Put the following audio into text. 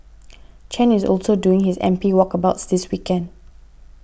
Chen is also doing his M P walkabouts this weekend